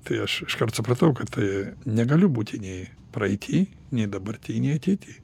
tai aš iškart supratau kad tai negaliu būti nei praeity nei dabarty nei ateity